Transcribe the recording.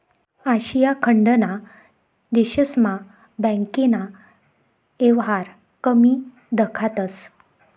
आशिया खंडना देशस्मा बँकना येवहार कमी दखातंस